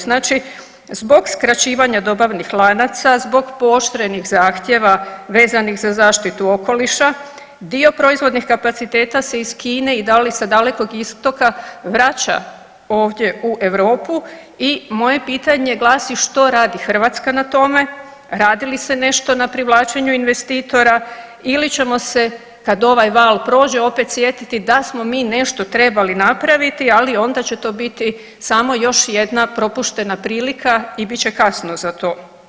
Znači, zbog skraćivanja dobavnih lanaca, zbog pooštrenih zahtjeva vezanih za zaštitu okoliša dio proizvodnih kapaciteta se iz Kine i da li sa Dalekog Istoka vraća ovdje u Europu i moje pitanje glasi što radi Hrvatska na tome, radi li se nešto na privlačenju investitora ili ćemo se kad ovaj val prođe opet sjetiti da smo mi nešto trebali napraviti, ali onda će to biti samo još jedna propuštena prilika i bit će kasno za to.